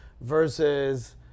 versus